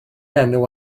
enw